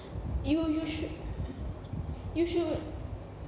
you you should you should